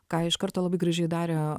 ką iš karto labai gražiai darė